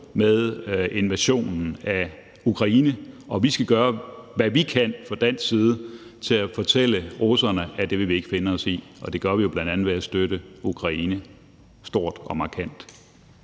med invasionen af Ukraine, og vi skal gøre, hvad vi kan fra dansk side, for at fortælle russerne, at det vil vi ikke finde os i. Og det gør vi jo bl.a. ved at støtte Ukraine stort og markant.